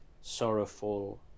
sorrowful